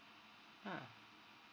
ah